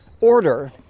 order